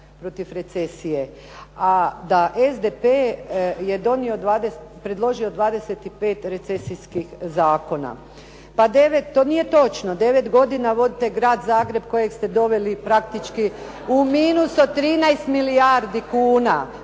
protiv recesije, a da SDP je predložio 25 recesijskih zakona. To nije točno. Devet godina vodite grad Zagreb kojeg ste doveli praktički u minus od 13 milijardi kuna.